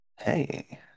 Hey